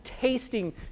tasting